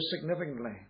significantly